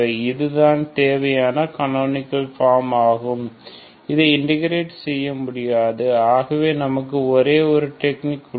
இதுதான் தேவையான கனோனிகள் பார்ம் ஆகும் இதை இன்டகிரேட் செய்ய முடியாது ஆகவே நமக்கு ஒரே ஒரு டெக்னிக் உள்ளது